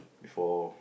before